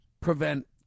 prevent